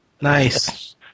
Nice